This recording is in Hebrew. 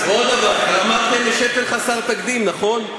עוד דבר, אמרתם "שפל חסר תקדים", נכון?